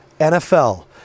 NFL